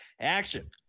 action